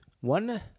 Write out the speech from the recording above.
one